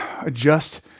adjust